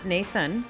Nathan